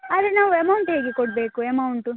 ಆದರೆ ನಾವು ಅಮೌಂಟ್ ಹೇಗೆ ಕೊಡಬೇಕು ಅಮೌಂಟು